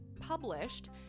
published